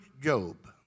Job